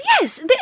Yes